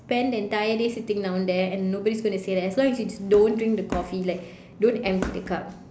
spend the entire day sitting down there and nobody is going say that as long as you don't drink the coffee like don't empty the cup